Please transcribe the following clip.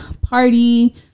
party